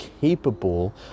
capable